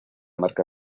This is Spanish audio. marca